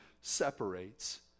separates